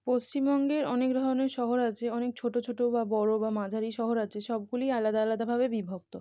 পশ্চিমবঙ্গের অনেক ধরনের শহর আছে অনেক ছোটো ছোটো বা বড়ো বা মাঝারি শহর আছে সবগুলিই আলাদা আলাদাভাবে বিভক্ত